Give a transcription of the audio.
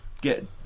get